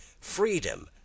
freedom